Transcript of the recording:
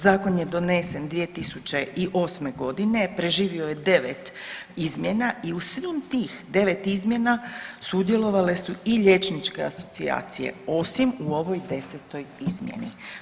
Zakon je donesen 2008.g., preživio je 9 izmjena i u svih tih 9 izmjena sudjelovale su i liječničke asocijacije osim u ovoj 10-oj izmjeni.